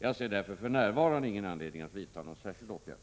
Jag ser därför för närvarande ingen anledning att vidta någon särskild åtgärd.